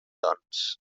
doncs